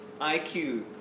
IQ